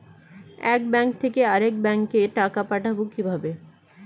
এক ব্যাংক থেকে আরেক ব্যাংকে টাকা পাঠাবো কিভাবে?